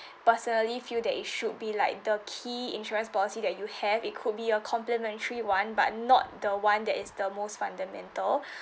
personally feel that it should be like the key insurance policy that you have it could be a complementary [one] but not the [one] that is the most fundamental